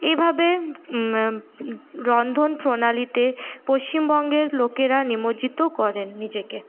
এভাবে রন্ধন প্রণালিতে পশ্চিমবঙ্গের লোকেরা নিমজ্জিত করেন নিজেকে